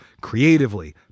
creatively